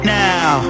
now